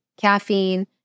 caffeine